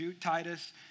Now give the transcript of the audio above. Titus